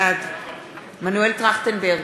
בעד מנואל טרכטנברג,